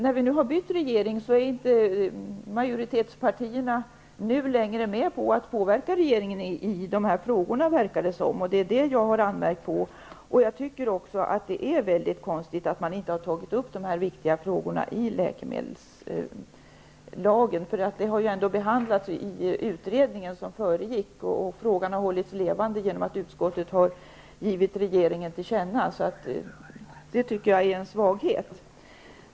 När vi nu har bytt regering verkar det som om majoritetspartierna inte längre är med på att påverka regeringen i de här frågorna. Det är detta som jag har anmärkt på. Jag tycker dessutom att det är väldigt konstigt att dessa viktiga frågor inte har tagits upp i läkemedelslagen. Frågan har ju ändå behandlats i utredningen som föregick förslaget, och den har hållits levande i och med att utskottet har givit regeringen till känna. Det handlar här om en svaghet.